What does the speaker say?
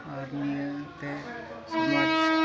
ᱟᱨ ᱱᱤᱭᱟᱹᱛᱮ ᱥᱚᱢᱟᱡᱽ